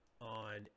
on